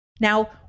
Now